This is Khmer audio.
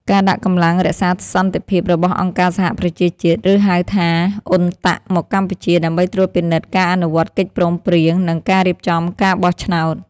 ការដាក់កម្លាំងរក្សាសន្តិភាពរបស់អង្គការសហប្រជាជាតិ ឬ ហៅថា UNTAC មកកម្ពុជា ដើម្បីត្រួតពិនិត្យការអនុវត្តកិច្ចព្រមព្រៀង និងការរៀបចំការបោះឆ្នោត។